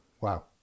Wow